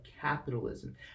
capitalism